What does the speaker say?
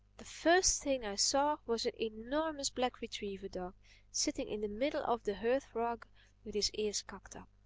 the first thing i saw was an enormous black retriever dog sitting in the middle of the hearth-rug with his ears cocked up,